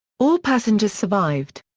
all passengers survived.